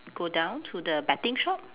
go down to the betting shop